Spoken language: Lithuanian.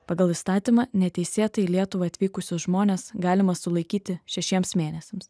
pagal įstatymą neteisėtai į lietuvą atvykusius žmones galima sulaikyti šešiems mėnesiams